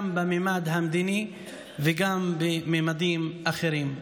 גם בממד המדיני וגם בממדים אחרים.